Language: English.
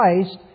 Christ